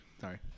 Sorry